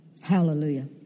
Hallelujah